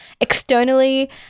externally